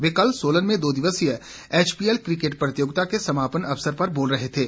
वे कल सोलन में दो दिवसीय एचपीएल क्रिकेट प्रतियोगिता के समापन अवसर पर बोल रहे थे